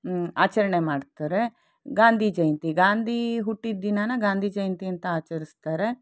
ಆಚರಣೆ ಮಾಡ್ತಾರೆ ಗಾಂಧಿ ಜಯಂತಿ ಗಾಂಧಿ ಹುಟ್ಟಿದ ದಿನಾನ ಗಾಂಧಿ ಜಯಂತಿ ಅಂತ ಆಚರಿಸ್ತಾರೆ